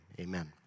amen